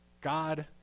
God